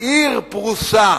עיר פרוסה